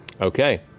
Okay